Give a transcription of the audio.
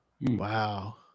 Wow